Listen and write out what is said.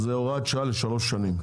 אז זה הוראת שעה לשלוש שנים.